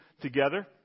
together